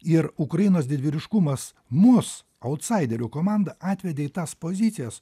ir ukrainos didvyriškumas mus autsaiderių komandą atvedė į tas pozicijas